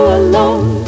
alone